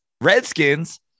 Redskins